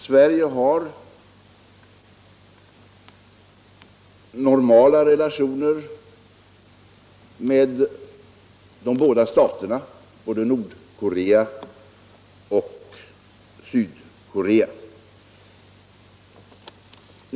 Sverige har normala relationer med både Nordkorea och Sydkorea.